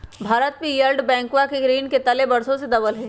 भारत भी वर्ल्ड बैंकवा के ऋण के तले वर्षों से दबल हई